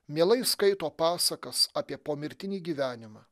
mielai skaito pasakas apie pomirtinį gyvenimą